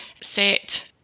set